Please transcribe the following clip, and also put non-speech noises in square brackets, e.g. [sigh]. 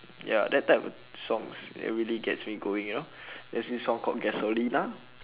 [noise] ya that type of songs that really gets me going you know [breath] there's this song called gasolina